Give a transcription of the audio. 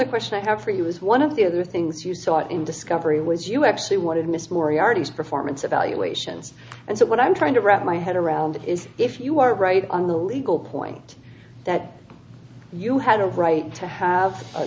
the question i have for you is one of the other things you saw in discovery was you actually wanted mr moriarty's performance evaluations and so what i'm trying to wrap my head around is if you are right on the legal point that you had a right to have a